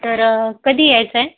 तर कधी यायचं आहे